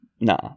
Nah